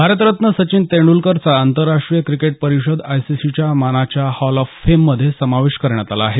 भारतरत्न सचिन तेंइलकरचा आंतरराष्टीय क्रिकेट परिषद आयसीसीच्या मानाच्या हॉल ऑफ फेममध्ये समावेश करण्यात आला आहे